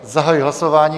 Zahajuji hlasování.